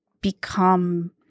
become